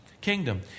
kingdom